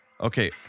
Okay